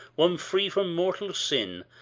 one free from mortal sin,